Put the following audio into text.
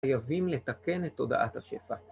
חייבים לתקן את תודעת השפע